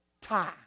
time